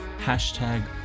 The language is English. Hashtag